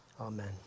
Amen